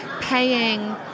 paying